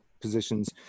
positions